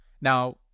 Now